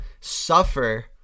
suffer